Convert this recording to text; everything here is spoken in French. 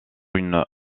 une